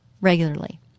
regularly